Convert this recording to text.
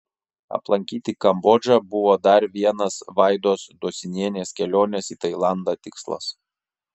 aplankyti kambodžą buvo dar vienas vaidos dosinienės kelionės į tailandą tikslas